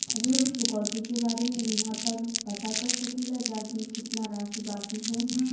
ऋण चुकौती के बारे इहाँ पर पता कर सकीला जा कि कितना राशि बाकी हैं?